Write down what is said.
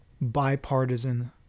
bipartisan